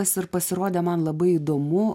tas ir pasirodė man labai įdomu